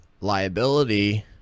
liability